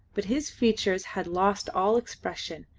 but his features had lost all expression,